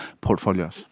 portfolios